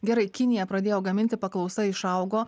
gerai kinija pradėjo gaminti paklausa išaugo